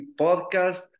podcast